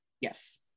yes